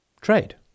Trade